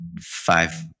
five